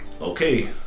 Okay